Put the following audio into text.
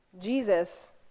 Jesus